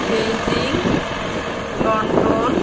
Beijing London